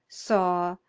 saw,